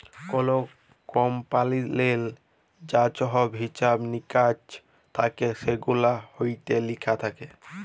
call কমপালিললে যা ছহব হিছাব মিকাস থ্যাকে সেগুলান ইত্যে লিখা থ্যাকে